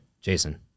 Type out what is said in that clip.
Jason